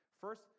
First